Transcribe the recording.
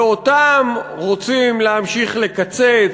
ואותם רוצים להמשיך לקצץ,